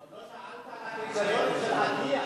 עוד לא שאלת על הקריטריונים של אטיאס.